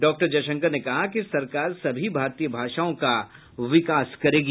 doctor Jaishankar ने कहा कि सरकार सभी भारतीय भाषाओं का विकास करेगी